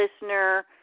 listener